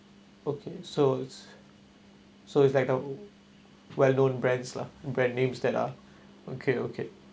okay so it's so it's like well known brands lah brand names that are okay okay